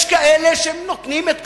יש כאלה שנותנים את כל-כולם,